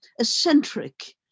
eccentric